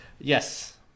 yes